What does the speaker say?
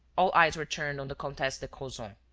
all eyes were turned on the comtesse de crozon.